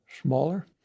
smaller